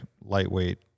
lightweight